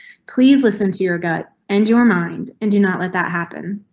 please listen to your gut and your mind and do not let that happen.